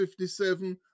57